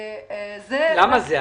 למה זה?